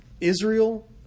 Israel